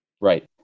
right